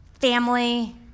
family